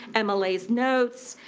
and mla's notes,